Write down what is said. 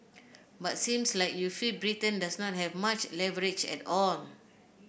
but seems like you feel Britain does not have much leverage at all